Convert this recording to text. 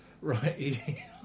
Right